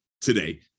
today